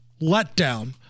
letdown